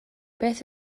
beth